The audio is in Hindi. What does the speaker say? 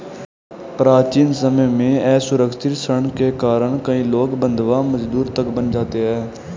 प्राचीन समय में असुरक्षित ऋण के कारण कई लोग बंधवा मजदूर तक बन जाते थे